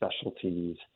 specialties